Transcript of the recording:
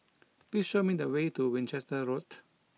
please show me the way to Winchester Road